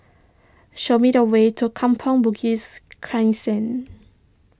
show me the way to Kampong Bugis Crescent